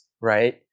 right